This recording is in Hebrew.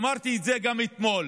ואמרתי גם אתמול: